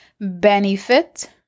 benefit